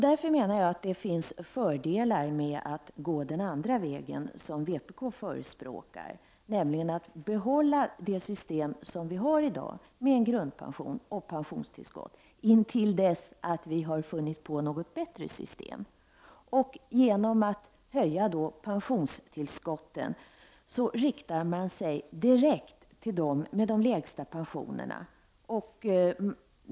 Därför menar jag att det finns fördelar med att gå den andra vägen, som vpk förespråkar, nämligen behålla det system vi har i dag med en grundpension och pensionstillskott, intill dess vi har funnit ett bättre system. Genom att höja pensionstillskottet riktar vi insatserna direkt mot dem som har de lägsta pensionerna.